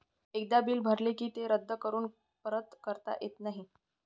एकदा बिल भरले की ते रद्द करून परत करता येत नाही